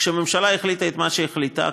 כשהממשלה החליטה את מה שהחליטה,